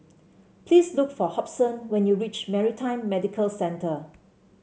please look for Hobson when you reach Maritime Medical Centre